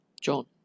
John